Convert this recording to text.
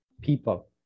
people